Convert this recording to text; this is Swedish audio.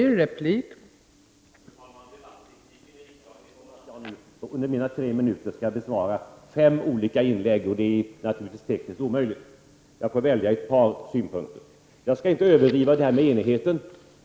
Fru talman! Debattreglerna i riksdagen är sådana att jag under tre minuter har att bemöta fem olika inlägg, vilket naturligtvis är tekniskt omöjligt. Jag får välja att kommentera ett par synpunkter. Jag skall inte överdriva enigheten.